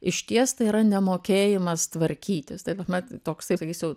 išties tai yra nemokėjimas tvarkytis ta prasme toksai jis jau